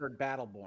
battleborn